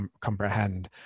comprehend